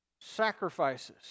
sacrifices